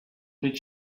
did